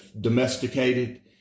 domesticated